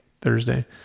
Thursday